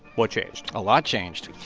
what changed? a lot changed.